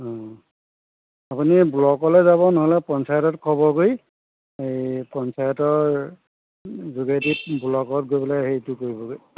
অঁ আপুনি ব্লকলে যাব নহ'লে পঞ্চায়তত খবৰ কৰি এই পঞ্চায়তৰ যোগেদি ব্লকত গৈ পেলাই হেৰিটো কৰিবগৈ